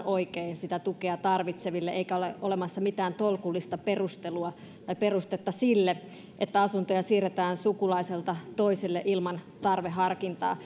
oikein sitä tukea tarvitseville eikä ole olemassa mitään tolkullista perustetta sille että asuntoja siirretään sukulaiselta toiselle ilman tarveharkintaa